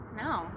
No